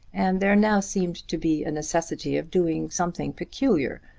and there now seemed to be a necessity of doing something peculiar,